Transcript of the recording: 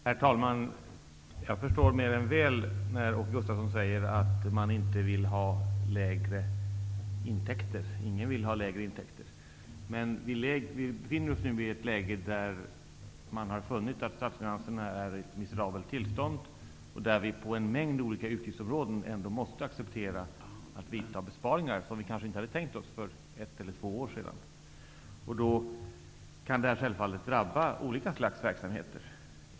Herr talman! Jag förstår mer än väl att man enligt vad Åke Gustavsson säger inte vill ha lägre intäkter. Ingen vill ha lägre intäkter. Men vi befinner oss nu i ett läge där vi har funnit att statsfinanserna är i ett miserabelt tillstånd och där vi på en mängd olika utgiftsområden ändå måste acceptera att göra besparingar som vi kanske inte hade tänkt oss för ett eller två år sedan. Det kan självfallet drabba olika slags verksamheter.